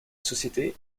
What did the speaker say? société